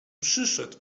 przyszedł